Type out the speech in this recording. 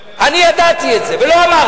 אמרו, אני ידעתי את זה, ולא אמרתי.